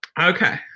Okay